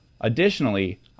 Additionally